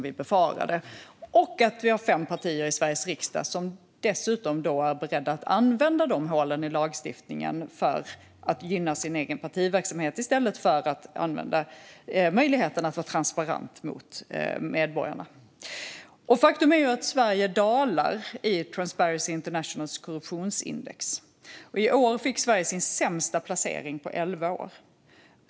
Vi har dessutom fem partier i Sveriges riksdag som är beredda att använda de hålen i lagstiftningen för att gynna sin egen partiverksamhet i stället för att använda möjligheten att vara transparent mot medborgarna. Faktum är att Sverige dalar i Transparency Internationals korruptionsindex. I år fick Sverige sin sämsta placering på elva år.